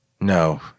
No